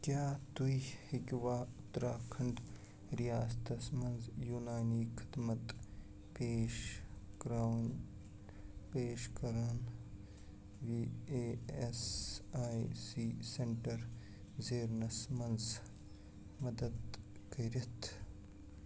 کیٛاہ تُہۍ ہیٚکوا اُتراکھنٛڈ رِیاستس مَنٛز یوٗنانی خدمت پیش کراون پیش کرن وٲلۍ E S I C centre ژھارنَس مَنٛز مدد کٔرِتھ